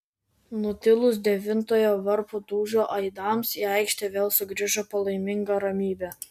nutilus devintojo varpo dūžio aidams į aikštę vėl sugrįžo palaiminga ramybė